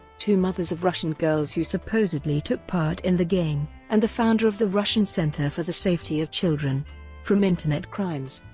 two mothers of russian girls who supposedly took part in the game, and the founder of the russian center for the safety of children from internet crimes.